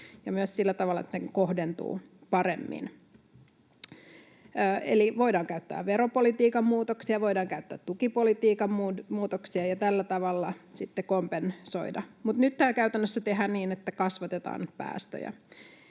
ja myös sillä tavalla, että se kohdentuu paremmin. Eli voidaan käyttää veropolitiikan muutoksia, voidaan käyttää tukipolitiikan muutoksia ja tällä tavalla sitten kompensoida, mutta nyt tämä käytännössä tehdään niin, että kasvatetaan päästöjä.